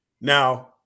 now